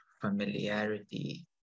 familiarity